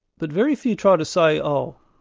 but very few try to say, oh,